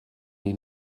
die